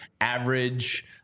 average